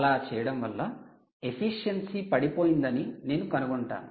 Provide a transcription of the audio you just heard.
అలా చేయడం వల్ల ఎఫిషియన్సీ పడిపోయిందని నేను కనుగొంటాను